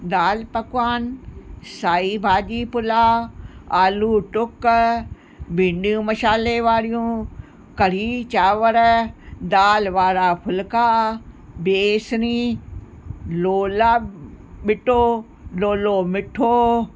दालि पकवान साई भाॼी पुलाव आलू टूक भिंडियूं मसाले वारियूं कढ़ी चावरु दालि वारा फुल्का बेसिणी लोला बिटो लोलो मीठो